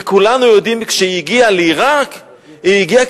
וכולנו יודעים שכשהיא הגיעה לעירק היא הגיעה